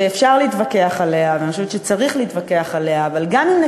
שאפשר להתווכח עליה ואני חושבת שצריך להתווכח עליה,